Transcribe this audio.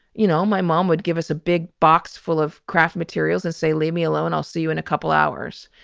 you know, my mom would give us a big box full of craft materials and say, leave me alone. i'll see you in a couple hours.